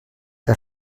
que